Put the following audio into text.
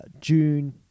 June